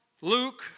Luke